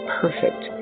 perfect